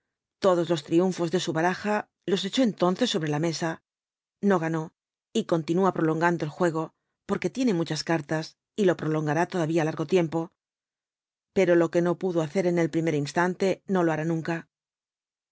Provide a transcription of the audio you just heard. todos los triunfos de su baraja los echó entonces sobre la mesa no ganó y continúa prolongando el juego porque tiene muchas cartas y lo prolongará todavía largo tiempo pero lo que no pudo hacer en el primer instante no lo hará nunca